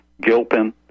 Gilpin